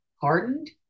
hardened